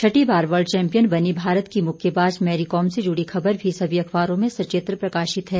छठीं बार world champion बनी भारत की मुक्केबाज मैरीकॉम से जुड़ी ख़बर भी समी अख़बारों में सचित्र प्रकाशित है